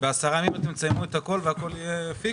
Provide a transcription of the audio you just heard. אז תוך עשרה ימים תסיימו את הכול והכול יהיה פיקס?